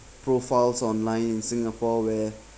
profiles online in singapore where